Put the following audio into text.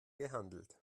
gehandelt